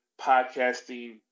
podcasting